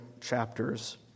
chapters